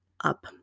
up